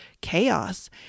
chaos